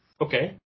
Okay